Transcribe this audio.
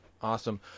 Awesome